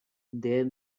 there